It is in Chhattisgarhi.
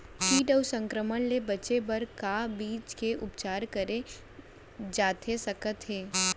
किट अऊ संक्रमण ले बचे बर का बीज के उपचार करे जाथे सकत हे?